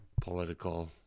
political